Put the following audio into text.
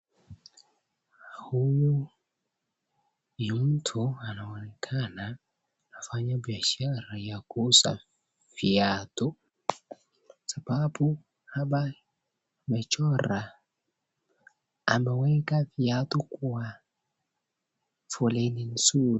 Huyu ni mtu anaonekanaa anafanya biashara ya kuuza viatu kwa sababu hapa amechora ameweka viatu kwenye foleni mzuri.